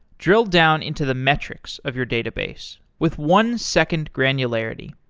drill down into the metrics of your database with one second granularity.